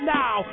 now